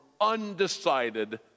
undecided